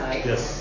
Yes